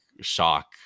shock